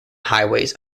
highways